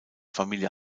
familie